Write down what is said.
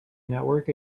network